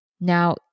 Now